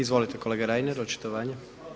Izvolite kolega Reiner, očitovanje.